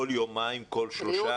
כל יומיים, כל שלושה?